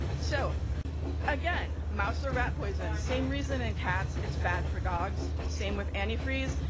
so again, mouse or rat poison, same reason in cats, it's bad for dogs. same with antifreeze,